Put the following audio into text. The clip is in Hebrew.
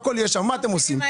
מה אתם עושים?